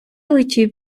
летів